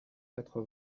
quatre